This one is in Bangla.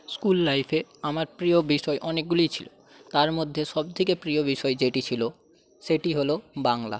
স্কুল লাইফে আমার প্রিয় বিষয় অনেকগুলিই ছিলো তার মধ্যে সবথেকে প্রিয় বিষয় যেটি ছিলো সেটি হলো বাংলা